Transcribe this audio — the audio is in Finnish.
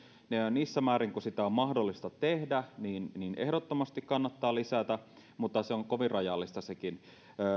niissä määrin kuin sitä on mahdollista tehdä sitä ehdottomasti kannattaa lisätä mutta se on kovin rajallista sekin